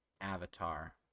Avatar